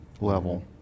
level